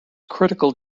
critical